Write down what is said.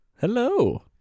Hello